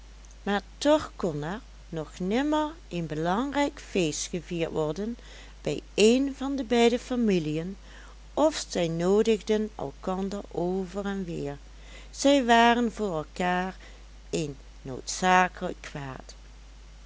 maar toch kon er nog nimmer een belangrijk feest gevierd worden bij een van de beide familiën of zij noodigden elkander over en weer zij waren voor elkaar een noodzakelijk kwaad